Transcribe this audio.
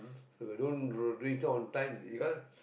so If i don't r~ reach there on time because